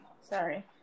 Sorry